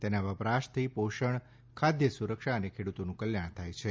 તેના વપરાશથી પોષણ ખાદ્ય સુરક્ષા અને ખેડૂતોનું કલ્યાણ થાય છે